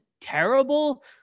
terrible